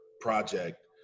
project